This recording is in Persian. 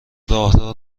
راهرو